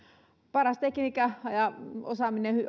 paras tekniikka ja osaaminen